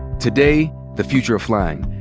today, the future of flying,